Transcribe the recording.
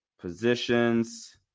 Positions